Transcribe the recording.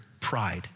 pride